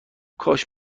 کاش